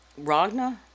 Ragna